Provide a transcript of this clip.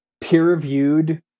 peer-reviewed